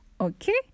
Okay